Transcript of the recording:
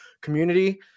community